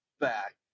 back